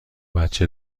بچه